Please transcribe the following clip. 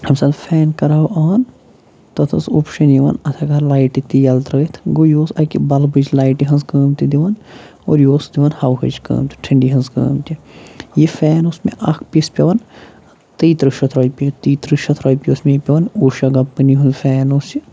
ییٚمہِ ساتہٕ فین کَرٕہاو آن تَتھ ٲس اوپشَن یِوان اَتھ اگر لایٹہٕ تہِ یلہٕ ترٛٲیِتھ گوٚو یہِ اوس اَکہِ بلبٕچ لایٹہِ ہٕنٛز کٲم تہِ دِوان اور یہِ اوس دِوان ہوہٕچ کٲم تہِ ٹھٔنٛڈی ہِنٛز کٲم تہِ یہِ فین اوس مےٚ اَکھ پیٖس پٮ۪وان تیہِ تٕرٛہ شَتھ رۄپیہِ تیہِ تٕرٛہ شیتھ رۄپیہِ اوس مےٚ یہِ پٮ۪وان اوٗشا کَمپٔنی ہُنٛد فین اوس یہِ